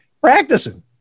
practicing